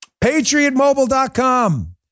PatriotMobile.com